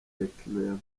tecno